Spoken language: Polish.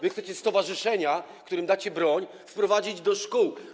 wy chcecie stowarzyszenia, którym dacie broń, wprowadzić do szkół.